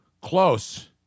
Close